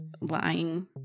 lying